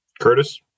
Curtis